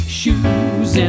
shoes